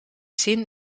zin